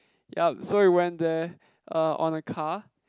yup so we went there er on a car